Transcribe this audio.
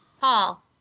Paul